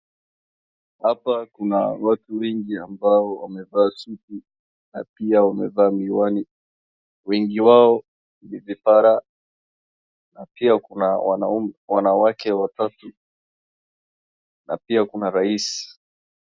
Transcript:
Hapa kuna watu wengi ambao wamevaa suti na pia wamevaa miwani. Wengi wao ni vipara na pia kuna wanaume, wanawake watatu na pia kuna rais.